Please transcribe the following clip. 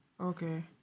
Okay